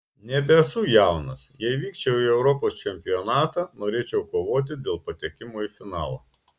nebesu jaunas jei vykčiau į europos čempionatą norėčiau kovoti dėl patekimo į finalą